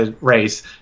race